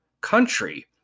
country